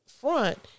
front